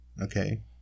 okay